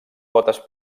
potes